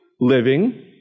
living